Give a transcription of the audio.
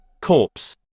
Corpse